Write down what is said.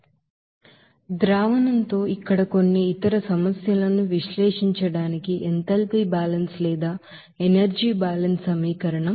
solution తో ఇక్కడ కొన్ని ఇతర సమస్యలను విశ్లేషించడానికి ఎంథాల్పీ బ్యాలెన్స్ లేదా ఎనర్జీ బ్యాలెన్స్ సమీకరణం